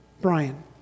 Brian